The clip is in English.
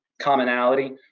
Commonality